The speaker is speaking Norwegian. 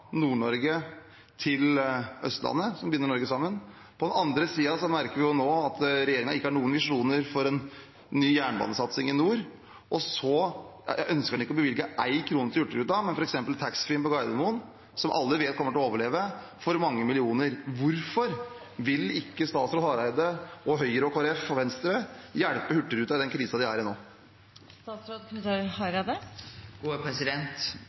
til Østlandet som binder Norge sammen. På den andre siden merker vi nå at regjeringen ikke har noen visjoner for en ny jernbanesatsing i nord. Og så ønsker en ikke å bevilge én krone til Hurtigruten, mens f.eks. taxfree-en på Gardermoen, som alle vet kommer til overleve, får mange millioner. Hvorfor vil ikke statsråd Hareide og Høyre og Kristelig Folkeparti og Venstre hjelpe Hurtigruten i den krisen de er i